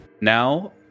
Now